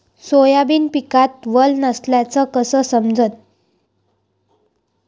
Soybean पिकात वल नसल्याचं कस समजन?